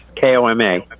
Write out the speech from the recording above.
KOMA